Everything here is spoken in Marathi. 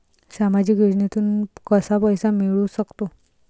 सामाजिक योजनेतून कसा पैसा मिळू सकतो?